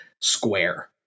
square